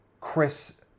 Chris